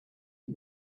for